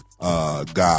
God